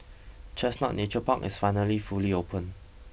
Chestnut Nature Park is finally fully open